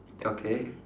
okay